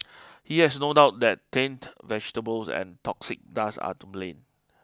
he has no doubt that tainted vegetables and toxic dust are to blame